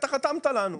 אתה חתמת לנו,